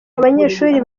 abanyeshuri